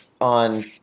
on